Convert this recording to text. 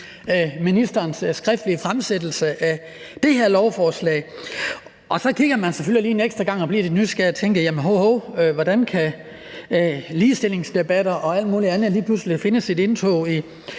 ministerens skriftlige fremsættelse af det her lovforslag. Så kigger man selvfølgelig lige en ekstra gang og bliver lidt nysgerrig og tænker: Hov, hov, hvordan kan ligestillingsdebatter og alt muligt andet lige pludselig gøre sit indtog i